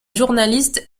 journaliste